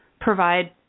provide